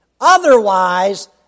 Otherwise